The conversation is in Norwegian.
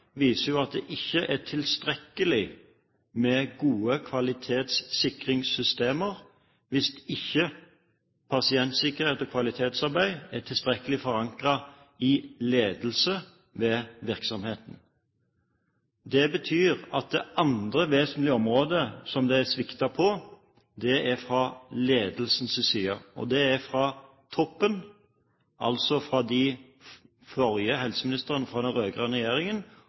viser at det ikke er tilstrekkelig med gode kvalitetssikringssystemer hvis ikke pasientsikkerhet og kvalitetsarbeid er tilstrekkelig forankret hos ledelsen ved virksomheten. Det betyr at det andre vesentlige området hvor det har sviktet, er fra ledelsens side, fra toppen, altså fra helseministrene fra den forrige rød-grønne regjeringen og nedover til direktører og styrer. Det er